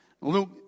Luke